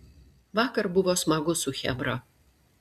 vakar buvo smagu su chebra